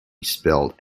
spelled